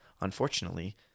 unfortunately